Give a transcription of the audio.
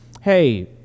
Hey